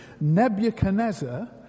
Nebuchadnezzar